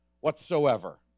whatsoever